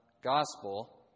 Gospel